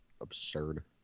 absurd